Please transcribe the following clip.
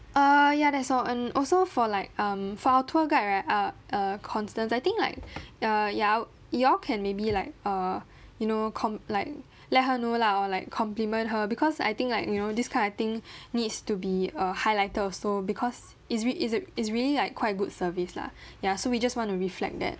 err ya that's all and also for like um for our tour guide right uh uh constance I think like uh ya I would y'all can maybe like err you know com~ like let her know lah or like compliment her because I think like you know this kind of thing needs to be uh highlighted also because it's re~ it's a it's really like quite good service lah ya so we just want to reflect that